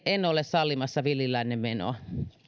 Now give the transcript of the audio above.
en ole sallimassa villin lännen menoa